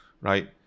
right